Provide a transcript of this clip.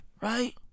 Right